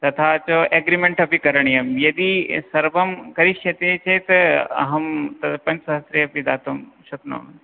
तथा च एग्रीमेण्ट् अपि करणीयं यदि सर्वं करिष्यति चेत् अहं पञ्चसहस्रेऽपि दातुं शक्नोमि